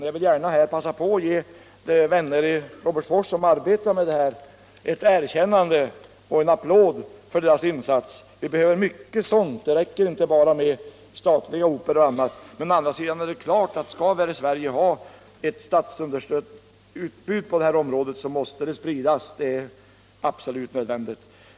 Jag vill gärna här passa på att ge de vänner i Robertsfors som arbetar med detta ett erkännande och en applåd för deras insats. Vi behöver mycket sådant. Det räcker inte bara med statliga operor. Å andra sidan är det klart att skall vi här i Sverige ha ett statsunderstött utbud på detta område så måste det spridas; det är absolut nödvändigt.